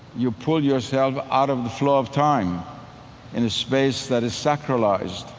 you pull yourself out of the flow of time in a space that is sacralized,